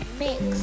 mix